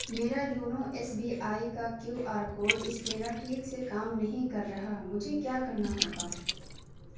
میرا YONO S B I کا Q R code scanner ٹھیک سے کام نہیں کر رہا مجھے کیا کرنا ہوگا